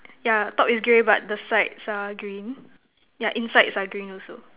yeah top is grey but the sides are green yeah insides are green also